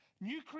new